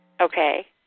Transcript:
Okay